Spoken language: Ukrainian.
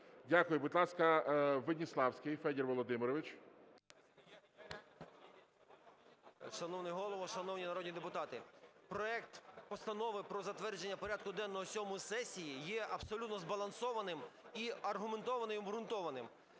Дякую. Будь ласка, Веніславський Федір Володимирович. 10:33:14 ВЕНІСЛАВСЬКИЙ Ф.В. Шановний Голово, шановні народні депутати, проект Постанови про затвердження порядку денного сьомої сесії є абсолютно збалансованим і аргументованим, і обґрунтованим.